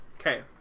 Okay